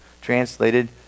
translated